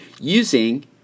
using